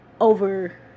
over